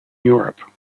europe